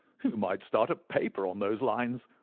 you might start a paper on those lines.